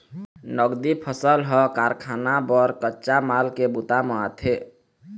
नगदी फसल ह कारखाना बर कच्चा माल के बूता म आथे